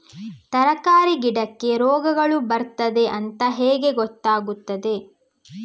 ತರಕಾರಿ ಗಿಡಕ್ಕೆ ರೋಗಗಳು ಬರ್ತದೆ ಅಂತ ಹೇಗೆ ಗೊತ್ತಾಗುತ್ತದೆ?